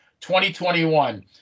2021